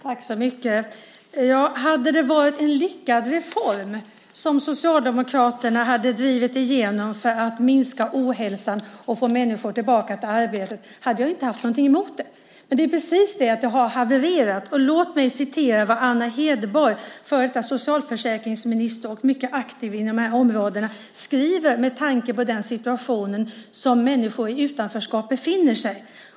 Fru talman! Om det hade varit en lyckad reform som Socialdemokraterna drivit igenom för att minska ohälsan och få människor tillbaka till arbete hade jag inte haft någonting emot det. Men det är precis det att det har havererat. Låt mig citera vad Anna Hedborg, före detta socialförsäkringsminister och mycket aktiv inom de här områdena, skriver med tanke på den situation som människor i utanförskap befinner sig i.